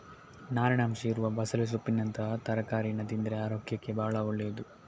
ನಾರಿನ ಅಂಶ ಇರುವ ಬಸಳೆ ಸೊಪ್ಪಿನಂತಹ ತರಕಾರೀನ ತಿಂದ್ರೆ ಅರೋಗ್ಯಕ್ಕೆ ಭಾಳ ಒಳ್ಳೇದು